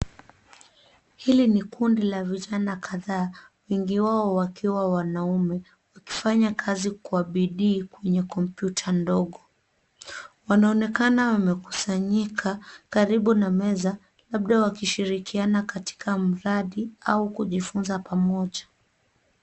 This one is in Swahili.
Hili ni kundi la vijana kadhaa wengi wao wakiwa wanaume wakifanya kazi kwa bidii kwenye kompyuta ndogo. Wanaonekana wamekusanyika karibu na meza labda wakishirikiana katika mradi au kujifunza pamoja.